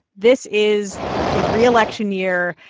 this is a reelection year.